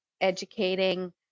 educating